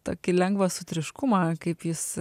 tokį lengvą sutriškumą kaip jis